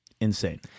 Insane